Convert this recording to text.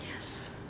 yes